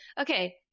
Okay